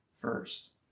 first